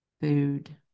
food